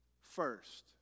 first